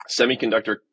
semiconductor